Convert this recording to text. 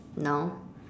no